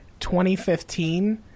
2015